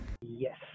Yes